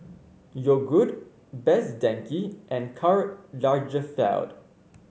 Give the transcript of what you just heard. Yogood Best Denki and Karl Lagerfeld